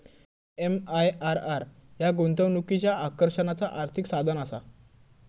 MIRR ह्या गुंतवणुकीच्या आकर्षणाचा आर्थिक साधनआसा